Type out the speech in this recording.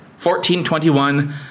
1421